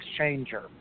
exchanger